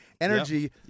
energy